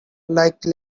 like